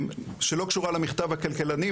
שלא קשורה למכתב הכלכלנים,